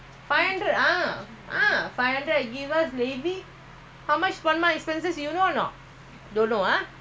two cars his car thousand four my one one thousand two thousand five like that gone for the car other expenses